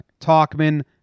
Talkman